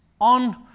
On